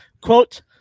Quote